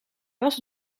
was